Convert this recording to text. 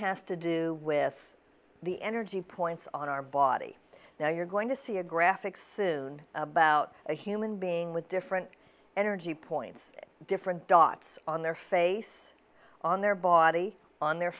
has to do with the energy points on our body now you're going to see a graphic soon about a human being with different energy points different dots on their face on their body on their